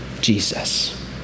Jesus